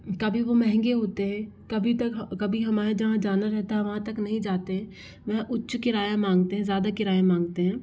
कभी वो महँगे होते हैं कभी तक कभी हमाएं जहाँ जाना रहता है वहाँ तक नही जाते वह उच्च किराया मांगते हैं ज़्यादा किराया मांगते हैं